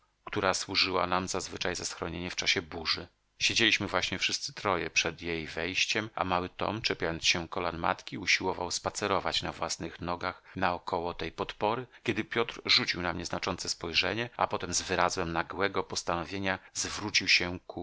która służyła nam zazwyczaj za schronienie w czasie burzy siedzieliśmy właśnie wszyscy troje przed jej wejściem a mały tom czepiając się kolan matki usiłował spacerować na własnych nogach naokoło tej podpory kiedy piotr rzucił na mnie znaczące spojrzenie a potem z wyrazem nagłego postanowienia zwrócił się ku